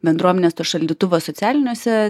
bendruomenės to šaldytuvo socialiniuose